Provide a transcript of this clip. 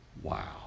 Wow